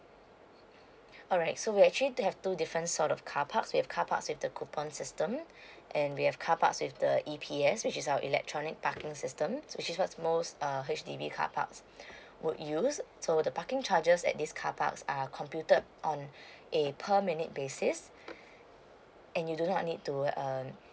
alright so we actually have two different sort of carparks we have carparks with the coupon system and we have carpark with the E_P_S which is our electronic parking system which is what's most err H_D_B carparks would use so the parking charges at this carparks uh computed on err per minute basis and you do not need to um